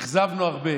אכזבנו הרבה.